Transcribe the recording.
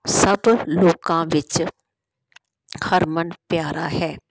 ਸਭ ਲੋਕਾਂ ਵਿੱਚ ਹਰਮਨ ਪਿਆਰਾ ਹੈ